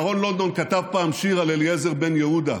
ירון לונדון כתב פעם שיר על אליעזר בן יהודה: